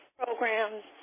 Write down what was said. programs